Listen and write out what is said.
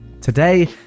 Today